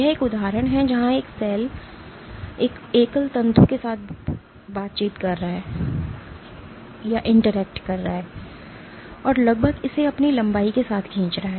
यह एक उदाहरण है जहां एक सेल एक एकल तंतु के साथ बातचीत कर रहा है और लगभग इसे अपनी लंबाई के साथ खींच रहा है